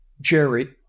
Jerry